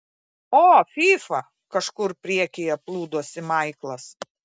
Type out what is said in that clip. o fyfa kažkur priekyje plūdosi maiklas